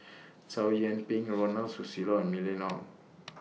Chow Yian Ping Ronald Susilo and Mylene Ong